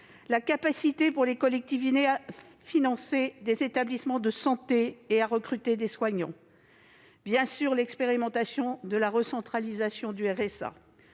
la capacité pour les collectivités à financer des établissements de santé et à recruter des soignants, l'expérimentation de la recentralisation du RSA